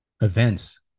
events